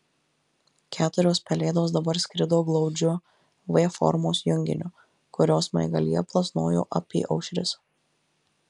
keturios pelėdos dabar skrido glaudžiu v formos junginiu kurio smaigalyje plasnojo apyaušris